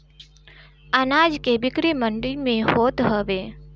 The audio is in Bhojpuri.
अनाज के बिक्री मंडी में होत हवे